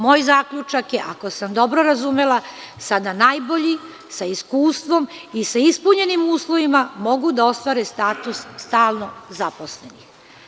Moj zaključak je, ako sam dobro razumela, sada najbolji sa iskustvom i sa ispunjenim uslovima mogu da ostvare status stalno zaposlenih.